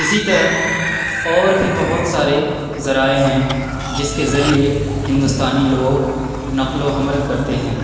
اسی طرح اور بھی بہت سارے ذرائع ہیں جس کے ذریعہ ہندوستانی لوگ نقل و حمل کرتے ہیں